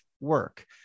work